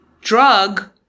drug